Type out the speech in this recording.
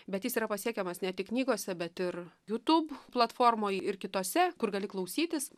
bet jis yra pasiekiamas ne tik knygose bet ir jūtūb platformoj ir kitose kur gali klausytis